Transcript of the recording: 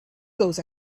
goes